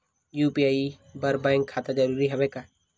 UPI बर bank खाता जरूरी हवय का?